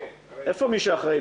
כי אנחנו צריכים